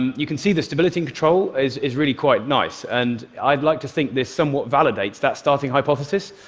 you can see the stability and control is is really quite nice, and i'd like to think this somewhat validates that starting hypothesis,